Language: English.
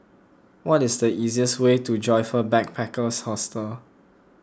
what is the easiest way to Joyfor Backpackers Hostel